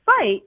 fight